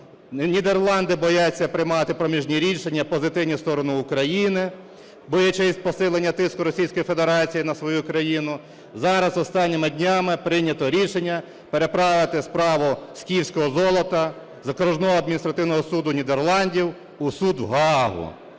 Нідерланди бояться приймати проміжні рішення позитивні в сторону України, боячись посилення тиску Російської Федерації на свою країну. Зараз, останніми днями, прийнято рішення переправити справу "скіфського золота" з окружного адміністративного суду Нідерландів у суд в Гаагу.